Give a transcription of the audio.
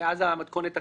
מאז המתכונת החדשה.